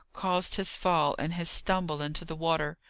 caused his fall and his stumble into the water.